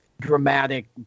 dramatic